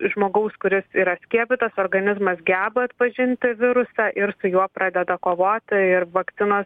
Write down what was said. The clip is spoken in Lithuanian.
žmogaus kuris yra skiepytas organizmas geba atpažinti virusą ir su juo pradeda kovoti ir vakcinos